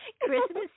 Christmas